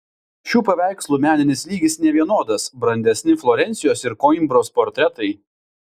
šių paveikslų meninis lygis nevienodas brandesni florencijos ir koimbros portretai